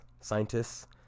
scientists